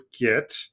get